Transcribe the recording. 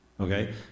okay